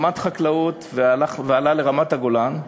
למד חקלאות ועלה לרמת-הגולן.